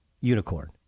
unicorn